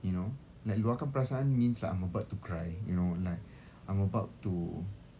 you know like luahkan perasaan means like I'm about to cry you know like I'm about to